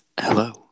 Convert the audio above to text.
hello